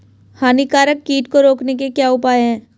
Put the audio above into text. हानिकारक कीट को रोकने के क्या उपाय हैं?